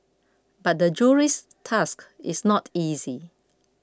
but the Jury's task is not easy